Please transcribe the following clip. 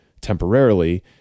temporarily